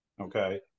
Okay